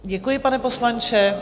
Děkuji, pane poslanče.